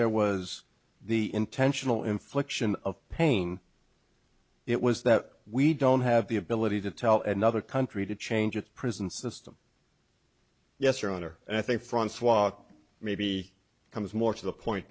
there was the intentional infliction of pain it was that we don't have the ability to tell another country to change its prison system yes your honor and i think francois maybe comes more to the point